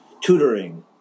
tutoring